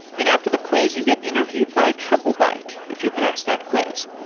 and after the quiz you get interviewed by triplebyte if you pass that quiz.